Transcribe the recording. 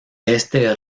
este